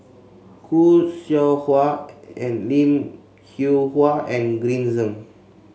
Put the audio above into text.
Khoo Seow Hwa Lim Hwee Hua and Green Zeng